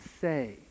say